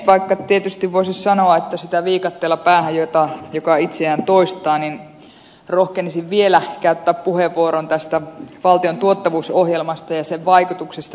vaikka tietysti voisi sanoa että sitä viikatteella päähän joka itseään toistaa niin rohkenisin vielä käyttää puheenvuoron tästä valtion tuottavuusohjelmasta ja sen vaikutuksista tähänkin